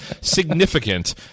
significant